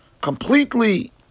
completely